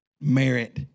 merit